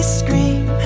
scream